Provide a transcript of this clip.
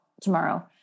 tomorrow